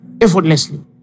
effortlessly